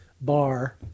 bar